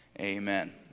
amen